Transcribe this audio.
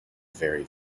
very